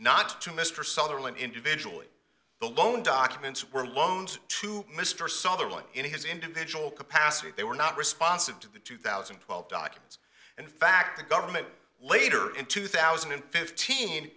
not to mr sutherland individually the loan documents were loaned to mr sutherland in his individual capacity they were not responsive to the two thousand and twelve documents and in fact the government later in two thousand and fifteen